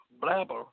blabber